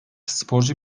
sporcu